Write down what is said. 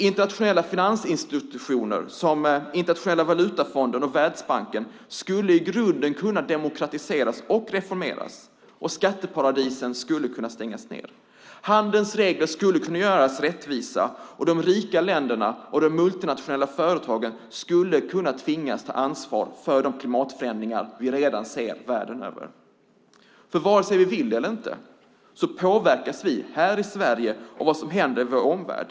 Internationella finansinstitutioner som Internationella valutafonden och Världsbanken skulle i grunden kunna demokratiseras och reformeras och skatteparadisen skulle kunna stängas ned. Handelns regler skulle kunna göras rättvisa, och de rika länderna och de multinationella företagen skulle kunna tvingas ta ansvar för de klimatförändringar vi redan ser världen över. Vare sig vi vill det eller inte påverkas vi här i Sverige av vad som händer i vår omvärld.